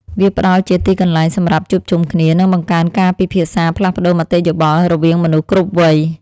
វាផ្ដល់ជាទីកន្លែងសម្រាប់ជួបជុំគ្នា និងបង្កើនការពិភាក្សាផ្លាស់ប្តូរមតិយោបល់រវាងមនុស្សគ្រប់វ័យ។